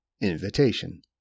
invitation